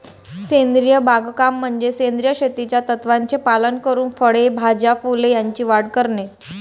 सेंद्रिय बागकाम म्हणजे सेंद्रिय शेतीच्या तत्त्वांचे पालन करून फळे, भाज्या, फुले यांची वाढ करणे